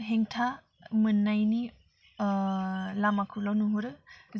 हेंथा मोन्नायनि लामाखौल' नुहुरो